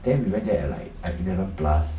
then we went there at like eleven plus